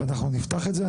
ואנחנו נפתח את זה,